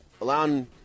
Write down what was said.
allowing